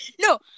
No